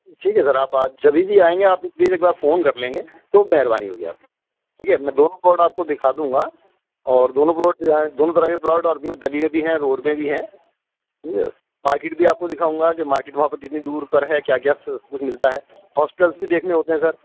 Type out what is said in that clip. ٹھیک ہے سر آپ جبھی بھی آئیں گے آپ پلیز ایک بار فون کر لیں گے تو مہربانی ہوگی آپ کی ٹھیک ہے میں دونوں پلاٹ آپ کو دکھا دوں گا اور دونوں پلاٹ جو ہیں دونوں طرح کے پلاٹ اور اس میں گلی میں بھی ہیں روڈ میں بھی ہیں سمجھے مارکیٹ بھی آپ کو دکھاؤں گا کہ مارکیٹ وہاں پہ کتنی دور پر ہے کیا کیا کچھ ملتا ہے ہاسپٹلس بھی دیکھنے ہوتے ہیں سر